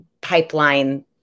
pipeline